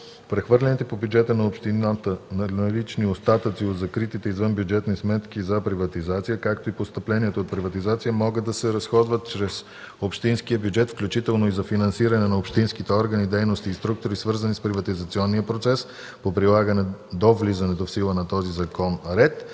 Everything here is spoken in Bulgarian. Прехвърлените по бюджета на общината налични остатъци от закритите извънбюджетни сметки за приватизация, както и постъпленията от приватизация могат да се разходват чрез общинския бюджет, включително и за финансиране на общинските органи, дейности и структури, свързани с приватизационния процес по прилаганите до влизането в сила на този закон ред